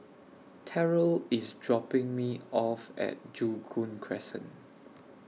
Terrell IS dropping Me off At Joo Koon Crescent